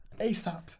ASAP